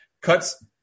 cuts